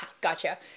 gotcha